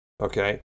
Okay